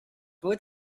about